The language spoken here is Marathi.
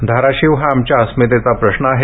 धाराशिव हा आमच्या अस्मितेचा प्रश्न आहे